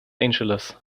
angeles